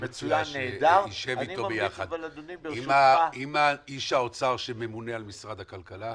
אני מציע שנשב איתו ביחד עם איש האוצר שממונה על משרד הכלכלה,